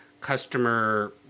customer